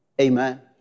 Amen